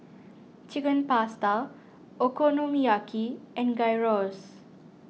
Chicken Pasta Okonomiyaki and Gyros